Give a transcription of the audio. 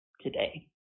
today